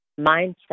mindset